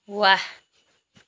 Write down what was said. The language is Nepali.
वाह